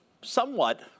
somewhat